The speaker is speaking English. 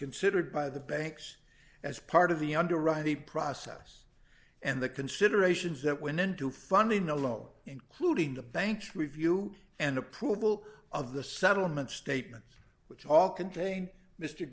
considered by the banks as part of the underwrite the process and the considerations that when into funding the loan including the banks review and approval of the settlement statements which all contain mr